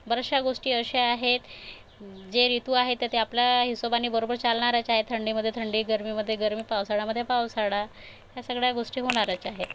बऱ्याचशा गोष्टी अशा आहेत जे ऋतू आहेत तर ते आपल्या हिशोबाने बरोबर चालणारच आहेत थंडीमध्ये थंडी गर्मीमध्ये गर्मी पावसाळामध्ये पावसाळा ह्या सगळ्या गोष्टी होणारच आहेत